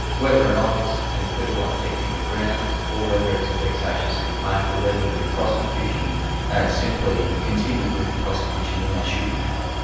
whether or not it's an acquittal on technical grounds or whether it's a vexatious complaint or whether the prosecution simply continues with the prosecution when they shouldn't have.